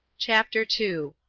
chapter two.